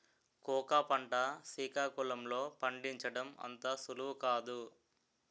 cocoa పంట సికాకుళం లో పండించడం అంత సులువు కాదు